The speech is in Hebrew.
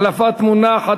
החלפת מונח),